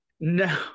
No